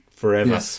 forever